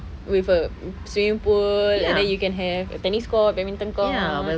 with a swimming pool and then you can have a tennis court badminton court